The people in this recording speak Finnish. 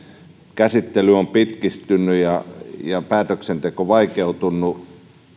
käsittely on pitkittynyt ja ja päätöksenteko vaikeutunut